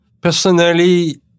Personally